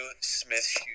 smith